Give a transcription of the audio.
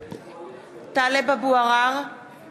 (קוראת בשמות חברי הכנסת)